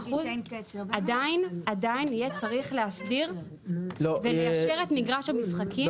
אחוז עדיין יהיה צריך להסדיר וליישר את מגרש המשחקים.